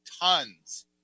tons